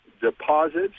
deposits